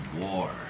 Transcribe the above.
war